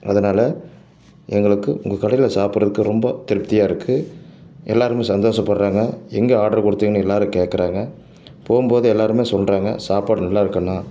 அதனால எங்களுக்கு உங்கள் கடையில் சாப்பிட்றதுக்கு ரொம்ப திருப்தியாக இருக்குது எல்லாேருமே சந்தோஷப்படுறாங்க எங்கள் ஆட்ரு கொடுத்திங்கன்னு எல்லாேரும் கேட்கறாங்க போகும்போது எல்லாேருமே சொல்கிறாங்க சாப்பாடு நல்லா இருக்குது அண்ணா